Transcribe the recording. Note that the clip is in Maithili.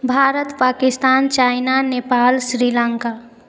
भारत पाकिस्तान चाइना नेपाल श्रीलङ्का